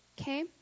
Okay